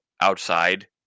outside